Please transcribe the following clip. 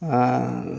ᱟᱨ